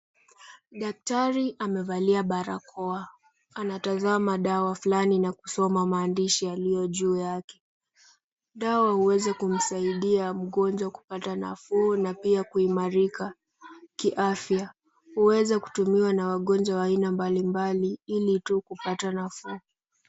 Daktari amevalia barakoa anatazama dawa fulani na kusoma maandishi yaliyo juu yake. Dawa huweza kumsaidia mgonjwa kupata nafuu na pia kuimarika kiafya huweza kutumiwa na wagonjwa mbalimbali ili tu kupata nafuu.